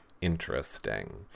Interesting